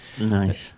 Nice